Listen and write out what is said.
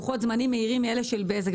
לוחות זמנים מהירים מאלה שלב בזק,